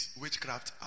witchcraft